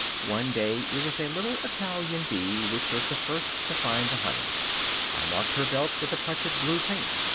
one day it was a little italian bee which was the first to find the honey i marked her belt with a touch of blue paint.